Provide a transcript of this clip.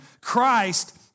Christ